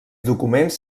documents